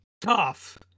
tough